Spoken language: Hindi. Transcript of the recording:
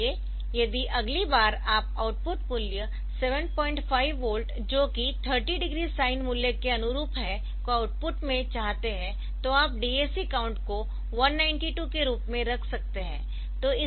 इसलिए यदि अगली बार आप आउटपुट मूल्य 75 वोल्ट जो की 30 डिग्री साइन मूल्य के अनुरूप है को आउटपुट में चाहते है तो आप DAC काउंट को 192 के रूप में रख सकते है